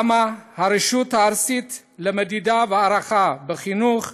ראמ"ה, הרשות הארצית למדידה והערכה בחינוך,